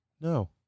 No